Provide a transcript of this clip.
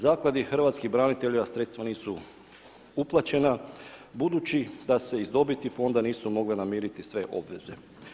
Zakladi hrvatskih branitelja sredstva nisu uplaćena, budući da se iz dobiti fonda nisu mogle namiriti sve obveze.